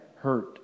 hurt